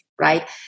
right